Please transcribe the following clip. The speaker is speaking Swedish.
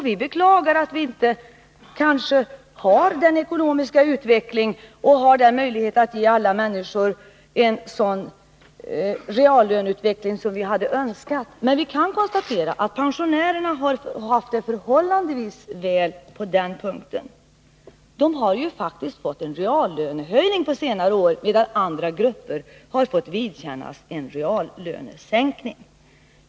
Vi beklagar att vi inte har den ekonomiska utveckling och den möjlighet som vi hade önskat att ge alla människor en sådan reallöneutveckling. Men vi kan konstatera att pensionärerna har blivit förhållandevis väl tillgodosedda på den punkten. De har faktiskt fått en reallönehöjning på senare år, medan andra grupper har fått vidkännas en reallönesänkning.